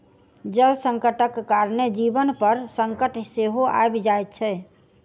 जल संकटक कारणेँ जीवन पर संकट सेहो आबि जाइत छै